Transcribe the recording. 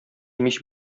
мич